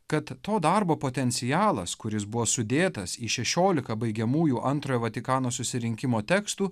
kad to darbo potencialas kuris buvo sudėtas į šešiolika baigiamųjų antrojo vatikano susirinkimo tekstų